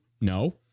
No